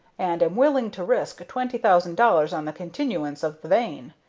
and am willing to risk twenty thousand dollars on the continuance of the vein.